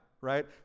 right